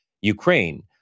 Ukraine